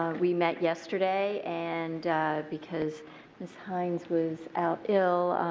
um we met yesterday and because ms. hynes was out ill,